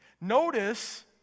Notice